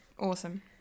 awesome